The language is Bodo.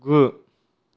गु